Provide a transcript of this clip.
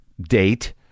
date